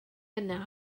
yna